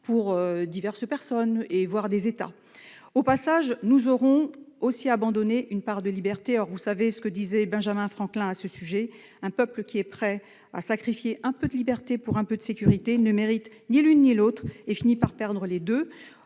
pour diverses personnes, voire des États. Au passage, nous aurons aussi abandonné une part de liberté. Vous savez ce que disait Benjamin Franklin à ce sujet :« Un peuple qui est prêt à sacrifier un peu de liberté pour un peu de sécurité ne mérite ni l'une ni l'autre et finit par perdre les deux.